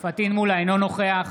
אינו נוכח